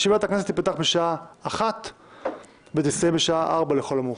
ישיבת הכנסת תיפתח בשעה 13 ותסתיים בשעה 16 לכל המאוחר.